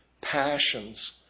passions